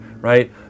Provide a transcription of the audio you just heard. right